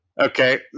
okay